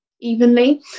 evenly